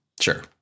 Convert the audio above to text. sure